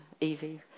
Evie